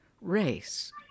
race